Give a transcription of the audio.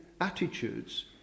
attitudes